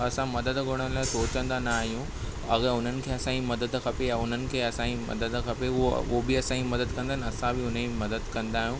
असां मदद घुरण लाइ सोचंदा न आहियूं अगरि हुननि खे असांजी मदद खपे या हुननि खे असांजी मदद खपे उहा उहो बि असांजी मदद कंदा न असां बि हुन ई मदद कंदा आहियूं